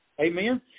Amen